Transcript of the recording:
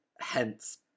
hence